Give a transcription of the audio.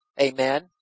Amen